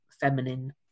feminine